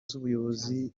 z’ubuyobozi